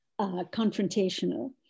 confrontational